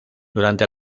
durante